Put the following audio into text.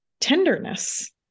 tenderness